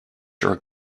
your